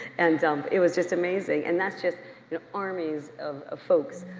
and um it was just amazing and that's just you know armies of ah folks,